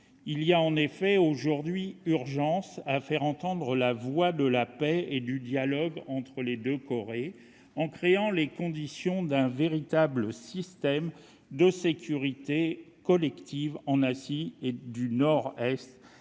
Il est en effet urgent aujourd'hui de faire entendre la voix de la paix et du dialogue entre les deux Corées, en créant les conditions d'un véritable système de sécurité collective en Asie du Nord-Est,